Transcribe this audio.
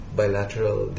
bilateral